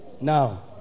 Now